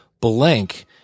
Blank